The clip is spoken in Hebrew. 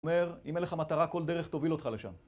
זאת אומרת, אם אין לך מטרה, כל דרך תוביל אותך לשם.